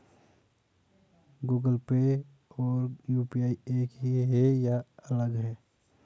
Google Pay और UPI एक ही है या अलग?